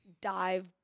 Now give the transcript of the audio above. dive